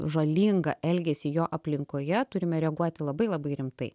žalingą elgesį jo aplinkoje turime reaguoti labai labai rimtai